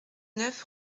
neuf